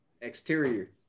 exterior